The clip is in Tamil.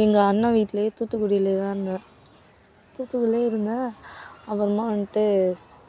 எங்கள் அண்ணன் வீட்டுலேயே தூத்துக்குடியிலேயே தான் இருந்தேன் தூத்துக்குடியிலேயே இருந்தேன் அப்புறமா வந்துட்டு